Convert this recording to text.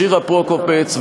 שירה פרוקופץ,